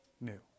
new